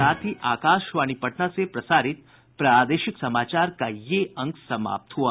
इसके साथ ही आकाशवाणी पटना से प्रसारित प्रादेशिक समाचार का ये अंक समाप्त हुआ